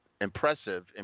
impressive